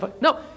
No